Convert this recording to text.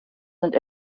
sind